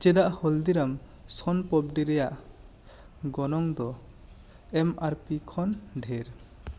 ᱪᱮᱫᱟᱜ ᱦᱚᱞᱫᱤᱨᱟᱢ ᱥᱚᱱ ᱯᱟᱯᱲᱤ ᱨᱮᱭᱟᱜ ᱜᱚᱱᱚᱝ ᱫᱚ ᱮᱢ ᱟᱨ ᱯᱤ ᱠᱷᱚᱱ ᱰᱷᱮ